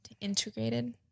integrated